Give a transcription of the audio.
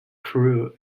crew